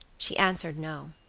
she answered no.